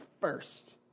first